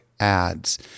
ads